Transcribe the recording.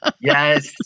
Yes